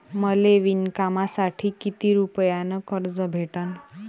मले विणकामासाठी किती रुपयानं कर्ज भेटन?